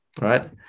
right